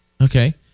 Okay